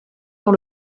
dans